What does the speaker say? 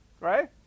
right